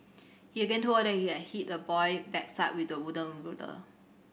he again told her he had hit the boy backside with a wooden ruler